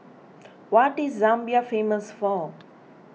what is Zambia famous for